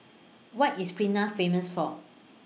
What IS Pristina Famous For